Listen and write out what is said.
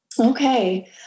Okay